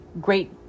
great